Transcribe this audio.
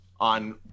on